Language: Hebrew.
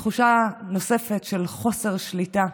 זו תחושה נוספת של חוסר שליטה.